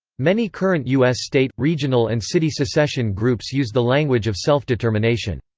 many current us state regional and city secession groups use the language of self-determination.